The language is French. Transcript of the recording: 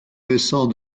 récent